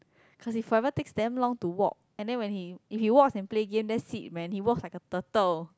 cause he forever takes damn to walk and then when he if he walks and play games that's it he walks like a turtle